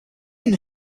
come